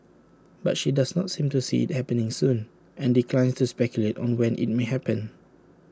but she does not seem to see IT happening soon and declines to speculate on when IT may happen